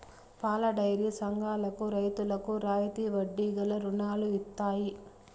పాలడైరీ సంఘాలకు రైతులకు రాయితీ వడ్డీ గల రుణాలు ఇత్తయి